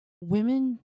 women